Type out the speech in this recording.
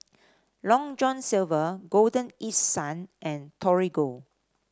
Long John Silver Golden East Sun and Torigo